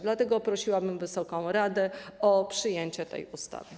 Dlatego prosiłabym wysoką radę o przyjęcie tej ustawy.